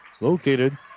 located